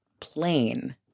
plain